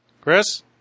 Chris